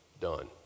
done